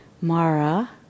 Mara